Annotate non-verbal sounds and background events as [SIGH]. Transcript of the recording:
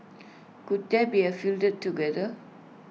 could they be [NOISE] fielded together